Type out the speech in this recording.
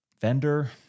Vendor